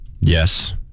Yes